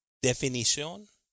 Definición